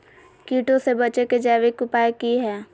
कीटों से बचे के जैविक उपाय की हैय?